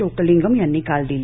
चोक्कलिंगम यांनी काल दिली